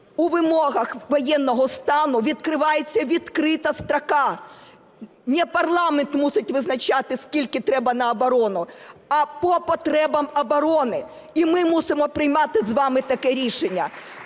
у вимогах воєнного стану відкривається відкрита строка. Не парламент мусить визначати скільки треба на оборону, а по потребам оборони, і ми мусимо приймати з вами таке рішення